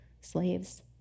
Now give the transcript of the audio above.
slaves